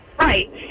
right